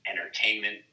entertainment